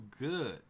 good